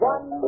One